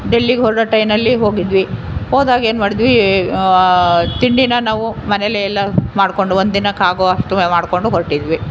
ಡೆಲ್ಲಿಗ್ ಹೊರಡೊ ಟ್ರೈನಲ್ಲಿ ಹೋಗಿದ್ವಿ ಹೋದಾಗ ಏನು ಮಾಡಿದ್ವಿ ತಿಂಡಿನ ನಾವು ಮನೆಯಲ್ಲೆ ಎಲ್ಲ ಮಾಡಿಕೊಂಡು ಒಂದಿನಕ್ಕಾಗುವಷ್ಟು ಮಾಡ್ಕೊಂಡು ಹೊರಟಿದ್ವಿ